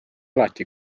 alati